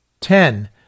ten